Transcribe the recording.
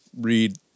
read